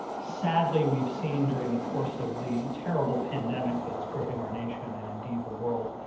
sadly, we've seen during the course of the terrible pandemic that's gripping our nation and indeed the world,